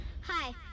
Hi